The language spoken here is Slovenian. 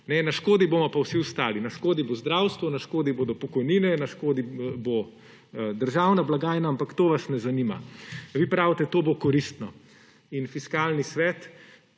na škodi bomo pa vsi ostali. Na škodi bo zdravstvo, na škodi bodo pokojnine, na škodi bo državna blagajna, ampak to vas ne zanima. Vi pravite, to bo koristno, in Fiskalni svet